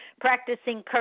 practicing